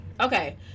okay